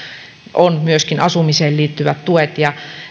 ovat myöskin asumiseen liittyvät tuet ja